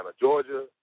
Georgia